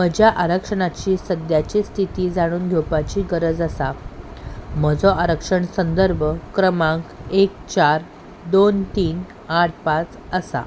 म्हज्या आरक्षणाची सद्याची स्थिती जाणून घेवपाची गरज आसा म्हजो आरक्षण संदर्भ क्रमांक एक चार दोन तीन आठ पांच आसा